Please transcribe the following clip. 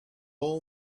all